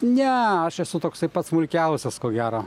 ne aš esu toksai pats smulkiausias ko gero